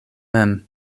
mem